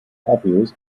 cabrios